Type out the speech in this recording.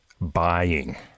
buying